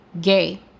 gay